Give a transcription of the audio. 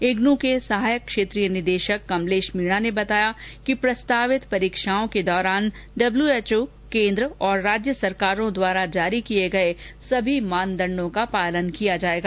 इग्नू के सहायक क्षेत्रीय निदेशक कमलेश मीणा ने बताया कि प्रस्तावित परीक्षाओं के दौरान डब्ल्यूएवओ केन्द्र और राज्य सरकारो द्वारा जारी किए गए सभी मानदंडो का पालन किया जाएगा